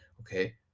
okay